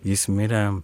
jis mirė